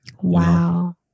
Wow